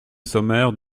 sommaire